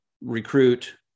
recruit